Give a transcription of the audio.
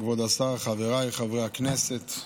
כבוד השר, חבריי חברי הכנסת,